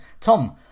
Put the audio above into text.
Tom